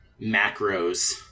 macros